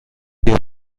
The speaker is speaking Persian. بیا